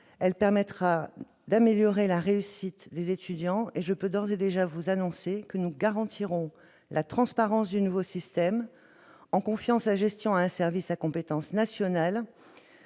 globale, permettra d'améliorer la réussite des étudiants. Je puis d'ores et déjà vous annoncer que nous garantirons la transparence du nouveau système en confiant sa gestion à un service à compétence nationale